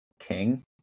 king